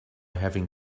having